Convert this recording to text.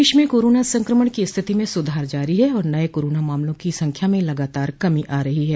प्रदेश में कोरोना संकमण की स्थित में सुधार जारी है और नये कोरोना मामलों की संख्या में लगातार कमी आ रही है